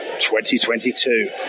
2022